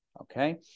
Okay